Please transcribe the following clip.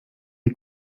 est